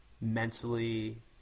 mentally